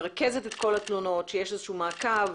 מרכזת את התלונות ועוקבת,